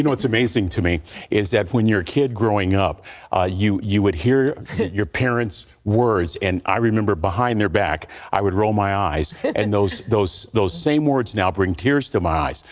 you know it's amazing to me is that when you're a kid growing up you you would hear your parents words and i remember behind their back i would roll my eyes and those those same words now bring tears to my eyes.